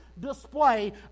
display